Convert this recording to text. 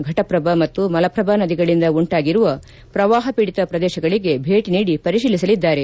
ಘಟಪ್ರಭಾ ಮತ್ತು ಮಲಪ್ರಭಾ ನದಿಗಳಿಂದ ಉಂಟಾಗಿರುವ ಪ್ರವಾಹಪೀಡಿತ ಪ್ರದೇಶಗಳಿಗೆ ಭೇಟಿ ನೀಡಿ ಪರಿಶೀಲಿಸಲಿದ್ದಾರೆ